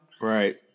right